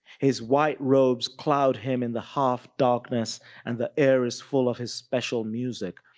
his white robe's cloud him in the half darkness and the air is full of his special music.